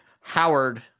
Howard